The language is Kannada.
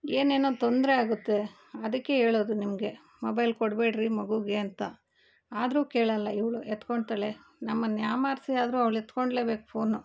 ಏನು ಏನೋ ತೊಂದರೆ ಆಗುತ್ತೆ ಅದಕ್ಕೆ ಹೇಳೋದು ನಿಮಗೆ ಮೊಬೈಲ್ ಕೊಡಬೇಡ್ರಿ ಮಗೂಗೆ ಅಂತ ಆದರೂ ಕೇಳಲ್ಲ ಇವಳು ಎತ್ಕೊತಾಳೆ ನಮ್ಮನ್ನು ಯಾಮಾರಿಸಿ ಆದರೂ ಅವಳು ಎತ್ಕೊಳ್ಲೇ ಬೇಕು ಫೋನು